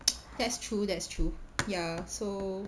that's true that's true ya so